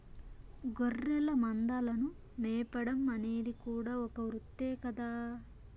గొర్రెల మందలను మేపడం అనేది కూడా ఒక వృత్తే కదా